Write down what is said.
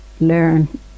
learn